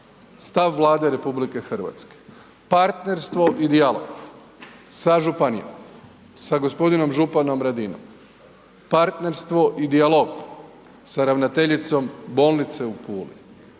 stav Vlade RH, partnerstvo i dijalog sa županijama, sa g. županom Radinom, partnerstvo i dijalog sa ravnateljicom bolnice u Puli.